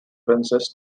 princess